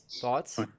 Thoughts